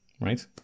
Right